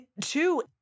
two